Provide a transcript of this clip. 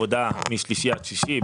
משלישי עד שישי.